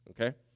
okay